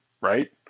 Right